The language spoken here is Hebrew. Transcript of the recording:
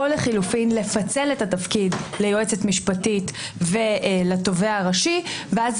או לחילופין לפצל את התפקיד ליועצת משפטית ולתובע הראשי ואז